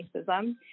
racism